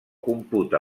computa